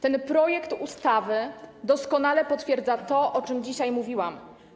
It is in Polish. Ten projekt ustawy doskonale potwierdza to, o czym dzisiaj mówiłam.